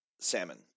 salmon